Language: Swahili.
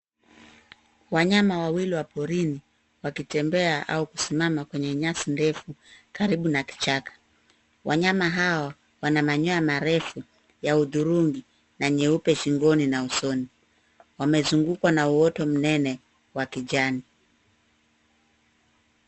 Wanyama wawili wa porini, wakitembea au kusimama kwenye nyasi ndefu, karibu na kichaka. Wanyama hawa wana manyoa marefu yaudhurungi na nyeupe shingoni na usoni, wamezungukwa na uwoto mnene wakijani.